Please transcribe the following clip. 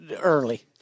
early